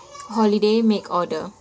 holiday make order